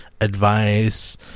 advice